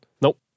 Nope